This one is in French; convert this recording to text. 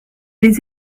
les